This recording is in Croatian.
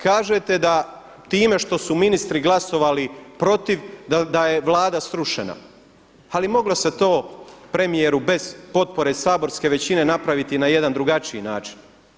Kažete da time što su ministri glasovali protiv da je Vlada srušena, ali moglo se to premijeru bez potpore saborske većine napraviti na jedan drugačiji način.